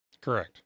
Correct